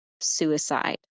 suicide